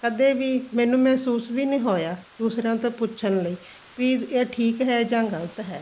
ਕਦੇ ਵੀ ਮੈਨੂੰ ਮਹਿਸੂਸ ਵੀ ਨਹੀਂ ਹੋਇਆ ਦੂਸਰਿਆਂ ਤੋਂ ਪੁੱਛਣ ਲਈ ਵੀ ਇਹ ਠੀਕ ਹੈ ਜਾਂ ਗਲਤ ਹੈ